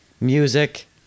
music